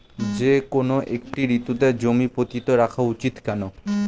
যেকোনো একটি ঋতুতে জমি পতিত রাখা উচিৎ কেন?